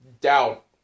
doubt